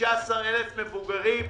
ו-16,000 מבוגרים.